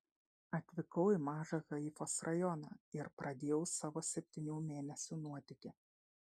atvykau į mažą haifos rajoną ir pradėjau savo septynių mėnesių nuotykį